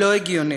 לא הגיוני.